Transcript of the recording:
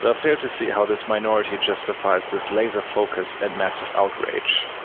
but i fail to see how this minority justifies this laser-focus and massive outrage.